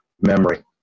memory